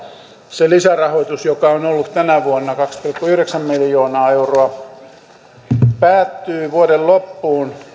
se lisärahoitus joka on ollut tänä vuonna kaksi pilkku yhdeksän miljoonaa euroa päättyy vuoden loppuun